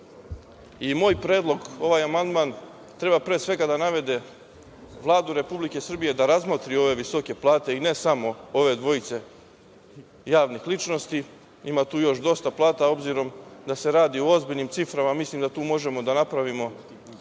je predlog, ovaj amandman treba, pre svega, da navede Vladu Republike Srbije da razmotri ove visoke plate i ne samo ove dvojice javnih ličnosti. Ima tu još dosta plata, obzirom da se radi o ozbiljnim ciframa. Mislim da tu možemo da napravimo